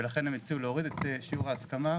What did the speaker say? ולכן הם הציעו להוריד את שיעור ההסכמה,